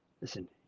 Listen